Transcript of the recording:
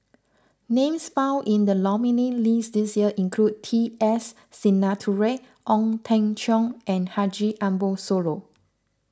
names found in the nominees' list this year include T S Sinnathuray Ong Teng Cheong and Haji Ambo Sooloh